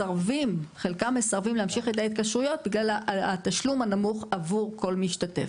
חלקם מסרבים להמשיך את ההתקשרויות בגלל התשלום הנמוך עבור כל משתתף,